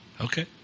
Okay